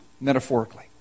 metaphorically